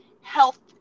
health